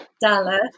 Dallas